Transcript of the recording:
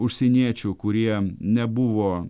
užsieniečių kurie nebuvo